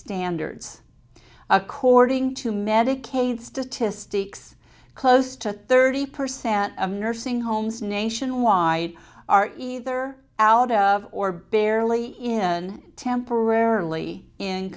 standards according to medicaid statistics close to thirty percent of nursing homes nationwide are either out of or barely in temporarily in